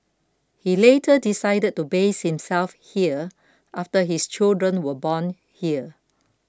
he later decided to base himself here after his children were born here